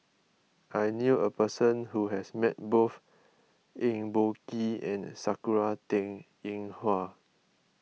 I knew a person who has met both Eng Boh Kee and Sakura Teng Ying Hua